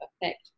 effect